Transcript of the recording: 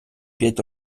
п’ять